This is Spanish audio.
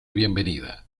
bienvenida